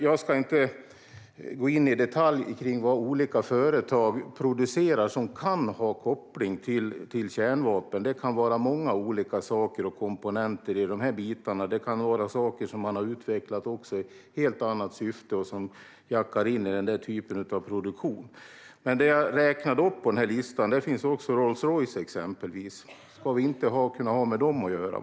Jag ska inte gå in i detalj på vad olika företag producerar som kan ha koppling till kärnvapen. Det kan vara många olika saker och komponenter i detta. Det kan vara sådant som har utvecklats i ett helt annat syfte och som jackar in i denna typ av produktion. På listan jag nämnde finns också Rolls Royce. Ska vi inte kunna ha med dem att göra?